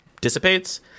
dissipates